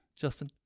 Justin